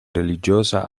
religiosa